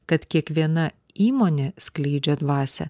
kad kiekviena įmonė skleidžia dvasią